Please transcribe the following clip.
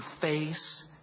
face